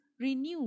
renew